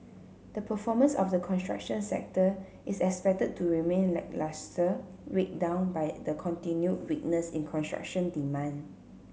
the performance of the construction sector is expected to remain lacklustre weighed down by the continued weakness in construction demand